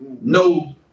No